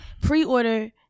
pre-order